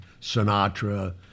Sinatra